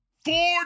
Four